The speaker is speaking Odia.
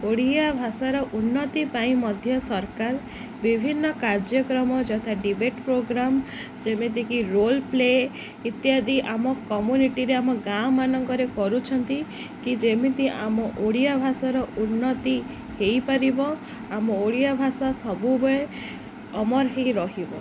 ଓଡ଼ିଆ ଭାଷାର ଉନ୍ନତି ପାଇଁ ମଧ୍ୟ ସରକାର ବିଭିନ୍ନ କାର୍ଯ୍ୟକ୍ରମ ଯଥା ଡିବେଟ୍ ପ୍ରୋଗ୍ରାମ ଯେମିତିକି ରୋଲ୍ ପ୍ଲେ ଇତ୍ୟାଦି ଆମ କମ୍ୟୁନିଟିରେ ଆମ ଗାଁ ମାନଙ୍କରେ କରୁଛନ୍ତି କି ଯେମିତି ଆମ ଓଡ଼ିଆ ଭାଷାର ଉନ୍ନତି ହେଇପାରିବ ଆମ ଓଡ଼ିଆ ଭାଷା ସବୁବେଳେ ଅମର ହେଇ ରହିବ